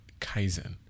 Kaizen